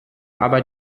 aber